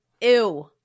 Ew